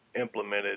implemented